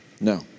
no